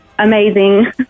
Amazing